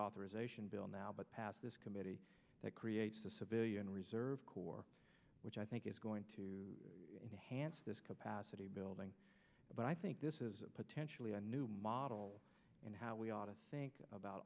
authorization bill now but pass this committee that creates the civilian reserve corps which i think is going to hand this capacity building but i think this is potentially a new model in how we ought to think about